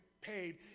paid